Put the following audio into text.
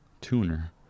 tuner